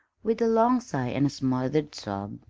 with a long sigh and a smothered sob,